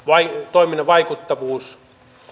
toiminnan vaikuttavuus